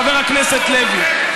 חבר הכנסת לוי?